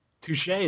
Touche